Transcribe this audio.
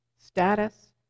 status